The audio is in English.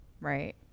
right